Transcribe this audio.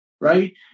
Right